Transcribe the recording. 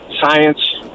science